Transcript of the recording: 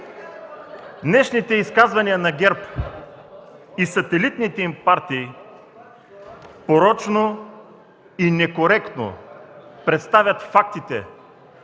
Днешните изказвания от ГЕРБ и сателитните им партии порочно и некоректно представят фактите